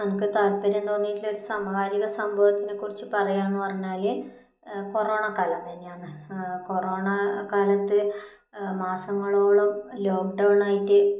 നമുക്ക് താൽപ്പര്യം തോന്നിയിട്ടുള്ള ഒരു സമകാലിക സംഭവത്തിനെക്കുറിച്ച് പറയുക എന്ന് പറഞ്ഞാൽ കൊറോണ കാലം തന്നെയാണ് കൊറോണ കാലത്ത് മാസങ്ങളോളം ലോക്ക്ഡൌൺ ആയിട്ട്